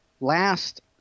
last